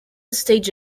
stage